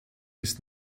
ist